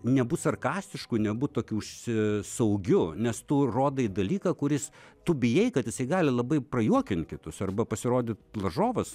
nebūt sarkastišku nebūt tokių užsi saugiu nes tu rodai dalyką kuris tu bijai kad jisai gali labai prajuokint kitus arba pasirodyt varžovas